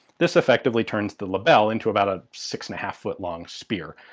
this effectively turns the lebel into about a six and a half foot long spear.